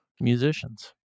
musicians